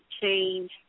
change